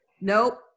Nope